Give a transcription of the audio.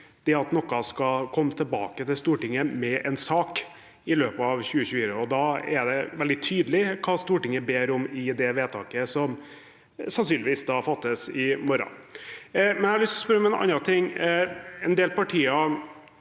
at noe skal komme tilbake til Stortinget i en sak i løpet av 2024. Det er veldig tydelig hva Stortinget ber om i det vedtaket som sannsynligvis fattes i morgen. Jeg har lyst til å spørre om en annen ting. En del partier